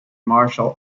martial